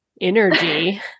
energy